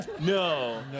No